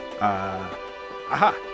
aha